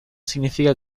significa